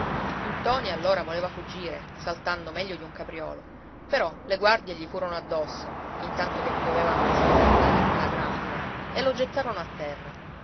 ntoni allora voleva fuggire saltando meglio di un capriolo però le guardie gli furono addosso intanto che piovevano le schioppettate come la grandine e lo gettarono a terra